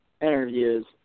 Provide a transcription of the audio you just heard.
interviews